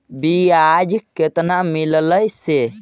बियाज केतना मिललय से?